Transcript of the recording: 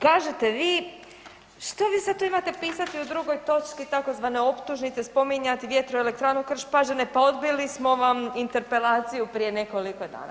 Kažete vi što vi sad tu imate pisati u drugoj točki tzv. optužnice, spominjati vjetroelektranu Krš-Pađene pa odbili smo vam interpelaciju prije nekoliko dana.